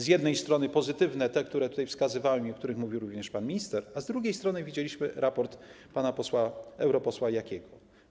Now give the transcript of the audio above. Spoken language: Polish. Z jednej strony są te pozytywne, które tutaj wskazywałem i o których mówił również pan minister, a z drugiej strony widzieliśmy raport pana europosła Jakiego.